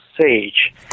sage